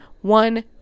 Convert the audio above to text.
One